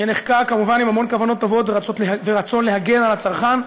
שנחקק כמובן עם המון כוונות טובות ורצון להגן על הצרכן,